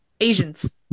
Asians